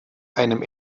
einem